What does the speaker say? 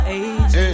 age